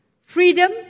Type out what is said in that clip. Freedom